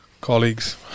colleagues